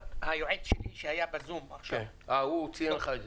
היועץ שלי שהיה בזום ציין לי את זה.